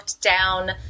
down